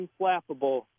unflappable